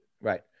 Right